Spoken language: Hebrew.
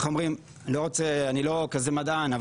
אני לא כזה מדען,